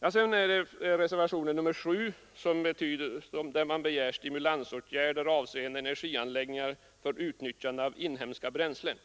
I reservationen 7 begärs stimulansåtgärder avseende energianläggningar för utnyttjande av inhemska bränslen.